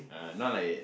uh not like